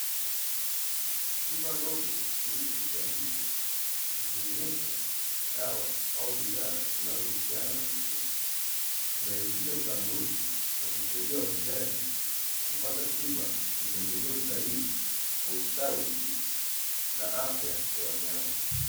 Chupa ndogo yenye picha ya mbwa ikionyesha dawa au bidhaa zinazohusiana na mifugo, kurahisisha utambuzi na kumsaidia mfugaji kupata tiba na pembejeo sahihi kwa ustawi na afya ya wanyama.